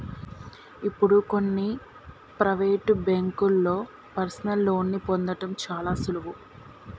ఇప్పుడు కొన్ని ప్రవేటు బ్యేంకుల్లో పర్సనల్ లోన్ని పొందడం చాలా సులువు